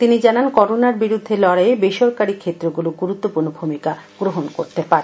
তিনি জানান করোনার বিরুদ্ধে লড়াইয়ে বেসরকারি ক্ষেত্রগুলো গুরুত্বপূর্ণ ভূমিকা গ্রহণ করতে পারে